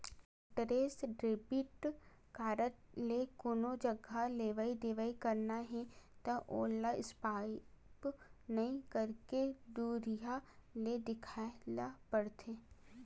contactless debit card ले कोनो जघा लेवइ देवइ करना हे त ओला स्पाइप नइ करके दुरिहा ले देखाए ल परथे